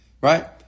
right